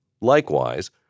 likewise